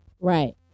right